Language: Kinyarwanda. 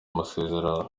amasezerano